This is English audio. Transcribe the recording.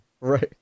Right